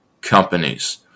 companies